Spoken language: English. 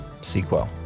Sequel